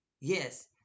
Yes